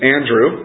Andrew